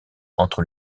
entre